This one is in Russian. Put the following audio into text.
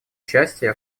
участие